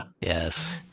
Yes